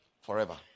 forever